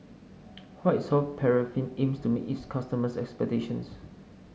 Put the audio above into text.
White Soft Paraffin aims to meet its customers' expectations